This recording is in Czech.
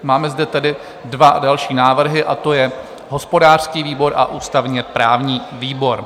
Máme zde tedy dva další návrhy, a to je hospodářský výbor a ústavněprávní výbor.